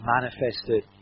manifested